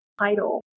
title